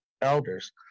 elders